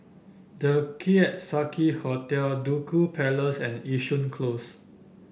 The Keong Saik Hotel Duku Place and Yishun Close